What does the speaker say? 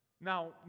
Now